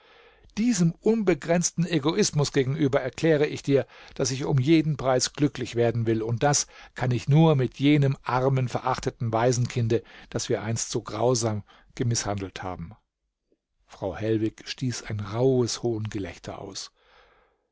diesem unbegrenzten egoismus gegenüber erkläre ich dir daß ich um jeden preis glücklich werden will und das kann ich nur mit jenem armen verachteten waisenkinde das wir einst so grausam gemißhandelt haben frau hellwig stieß ein rauhes hohngelächter aus